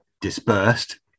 dispersed